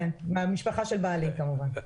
של ארגון 15 דקות,